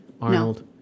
Arnold